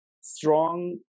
strong